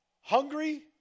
Hungry